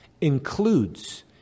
includes